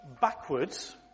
backwards